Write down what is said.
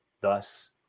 Thus